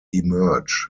emerge